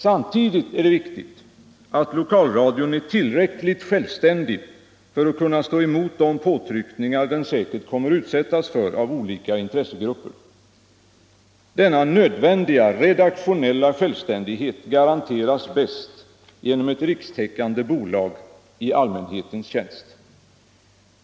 Samtidigt är det viktigt att lokalradion är tillräckligt självständig för att kunna stå emot de påtryckningar som den säkert kommer att utsättas för av olika intressegrupper. Denna nödvändiga redaktionella självständighet garanteras bäst genom ett rikstäckande bolag i allmänhetens tjänst.